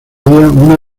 una